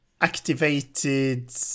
activated